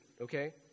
okay